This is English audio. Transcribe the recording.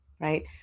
right